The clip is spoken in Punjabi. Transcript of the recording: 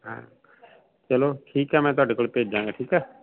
ਹਾਂ ਚਲੋ ਠੀਕ ਹੈ ਮੈਂ ਤੁਹਾਡੇ ਕੋਲ ਭੇਜਾਂਗਾ ਠੀਕ ਹੈ